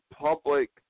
public